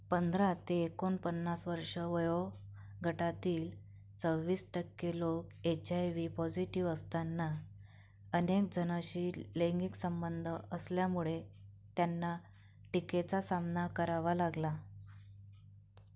पंधरा ते एकोणपन्नास वर्ष वयोगटातील सव्वीस टक्के लोक एच आय व्ही पॉझिटिव्ह असताना अनेक जणांशी लैंगिक संबंध असल्यामुळे त्यांना टीकेचा सामना करावा लागला